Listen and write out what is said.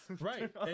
right